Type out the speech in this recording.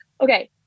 okay